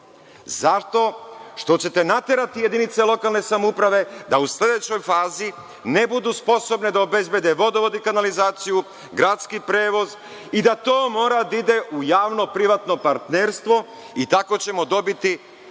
Zato što ćete naterati jedinice lokalne samouprave da u sledećoj fazi ne budu sposobne da obezbede vodovod i kanalizaciju, gradski prevoz i da to mora da ide u javno privatno partnerstvo i tako ćemo dobiti